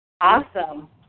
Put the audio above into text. Awesome